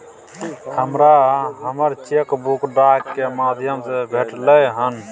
हमरा हमर cheque book डाक के माध्यम से भेटलय हन